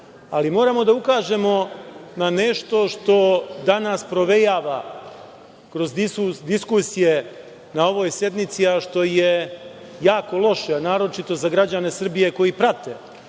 Ali, moramo da ukažemo na nešto što danas provejava kroz diskusije na ovoj sednici, a što je jako loše, naročito za građane Srbije koji prate